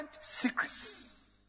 secrets